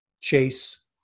Chase